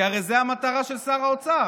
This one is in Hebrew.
כי הרי זאת המטרה של שר האוצר,